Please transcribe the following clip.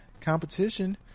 competition